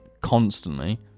constantly